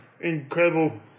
incredible